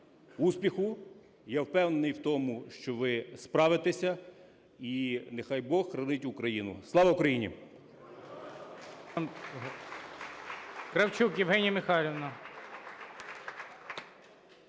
Я впевнений в тому, що ви справитеся. І нехай Бог хранить Україну. Слава Україні!